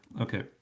Okay